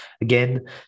Again